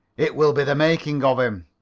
it will be the making of him,